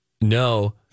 No